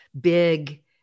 big